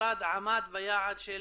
שהמשרד עמד ביעד של